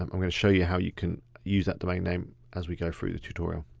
i'm gonna show you how you can use that domain name as we go through the tutorial.